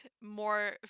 more